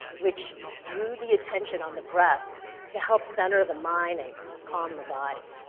which drew the attention on the breath to help center the mind and calm the body.